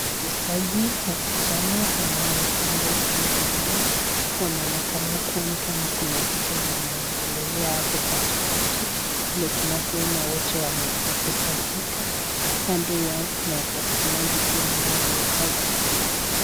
Wachezaji wasichana ambao wamevaa nguo ambazo zinafanana, wanaonekana kuwa ni kama kuna kitu kenye wanaongelea hapo katika, vile tunavyoona wote wamekusanyika, kando yao kuna watazamaji ambao pia wamekaa chini.